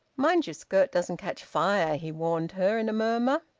mind your skirt doesn't catch fire, he warned her, in a murmur.